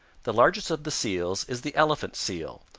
the largest of the seals is the elephant seal,